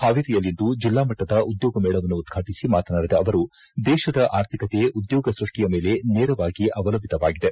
ಹಾವೇರಿಯಲ್ಲಿಂದು ಜಿಲ್ಲಾ ಮಟ್ಟದ ಉದ್ಯೋಗ ಮೇಳವನ್ನು ಉದ್ವಾಟಿಸಿ ಮಾತನಾಡಿದ ಅವರು ದೇಶದ ಆರ್ಥಿಕತೆ ಉದ್ಯೋಗ ಸ್ಕಷ್ಷಿಯ ಮೇಲೆ ನೇರವಾಗಿ ಅವಲಂಬಿತವಾಗಿದೆ